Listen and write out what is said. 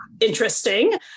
interesting